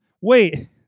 Wait